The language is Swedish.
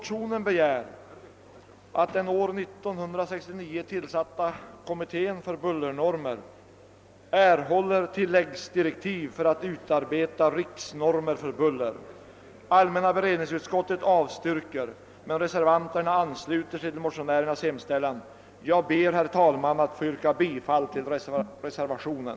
tillsatta kommittén för bullernormer erhåller tilläggsdirektiv om att utarbeta riktnormer för buller. Allmänna beredningsutskottet avstyrker förslaget men reservanterna ansluter sig till motionärernas hemställan. Jag ber att få yrka bifall till reservationen.